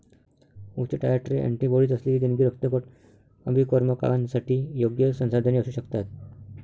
उच्च titre antibodies असलेली देणगी रक्तगट अभिकर्मकांसाठी योग्य संसाधने असू शकतात